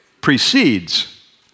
precedes